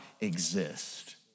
exist